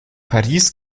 paris